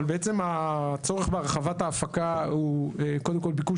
הצורך בהרחבת ההפקה הוא קודם כל ביקוש